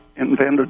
invented